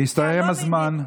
הסתיים הזמן.